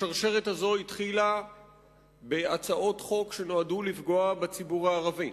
השרשרת הזאת התחילה בהצעות חוק שנועדו לפגוע בציבור הערבי,